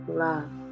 love